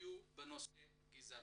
הגיעו בנושא גזענות.